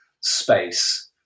space